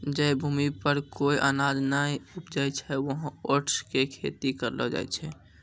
जै भूमि पर कोय अनाज नाय उपजै छै वहाँ ओट्स के खेती करलो जाय छै